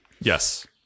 Yes